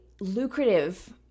lucrative